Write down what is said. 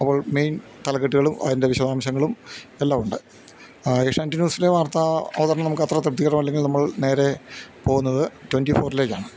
അപ്പോൾ മെയിൻ തലക്കെട്ടുകളും അതിൻ്റെ വിശദാംശങ്ങളും എല്ലാമുണ്ട് ഏഷ്യാനെറ്റ് ന്യൂസിലെ വാർത്താവതരണം നമുക്കത്ര തൃപ്തികരമല്ലെങ്കിൽ നമ്മൾ നേരെ പോകുന്നത് ട്വൻറ്റി ഫോറിലേക്കാണ്